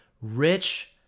rich